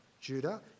Judah